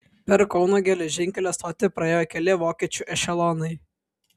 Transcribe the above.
per kauno geležinkelio stotį praėjo keli vokiečių ešelonai